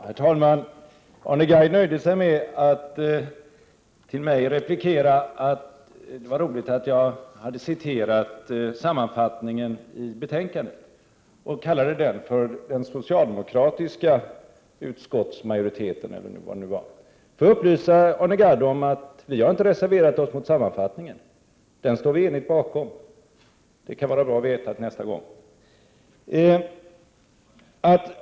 Herr talman! Arne Gadd nöjde sig med att till mig replikera att det var roligt att jag hade citerat sammanfattningen i betänkandet och kallade den för den socialdemokratiska utskottsmajoritetens, eller vad det nu var. Jag vill upplysa Arne Gadd om att ingen har reserverat sig mot sammanfattningen, utan den brukar vi stå enigt bakom. Det kan vara bra att veta till nästa gång.